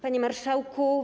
Panie Marszałku!